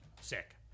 sick